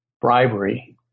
bribery